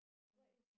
ya